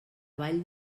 vall